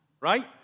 right